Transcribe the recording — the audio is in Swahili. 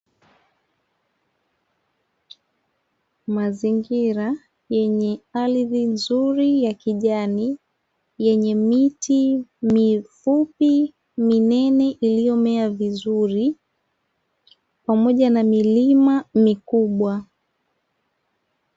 Mazingira yenye ardhi nzuri ya kijani, yenye miti mizuri mifupi iliyomea vizuri, pamoja na milima mikubwa.